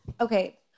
Okay